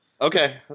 okay